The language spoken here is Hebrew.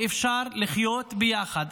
שאפשר לחיות ביחד.